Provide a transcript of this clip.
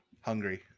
Hungry